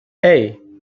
hey